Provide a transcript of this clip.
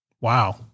wow